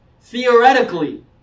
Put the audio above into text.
theoretically